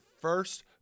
first